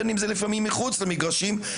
בין אם זה לפעמים מחוץ למגרשים.